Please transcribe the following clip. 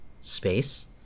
space